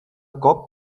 cop